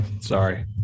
Sorry